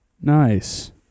nice